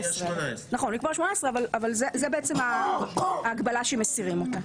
אבל זאת בעצם ההגבלה שמסירים אותה.